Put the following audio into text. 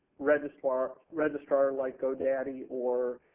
registrar registrar like go daddy or